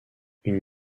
une